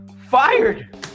Fired